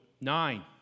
nine